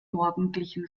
morgendlichen